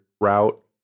route